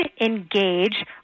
engage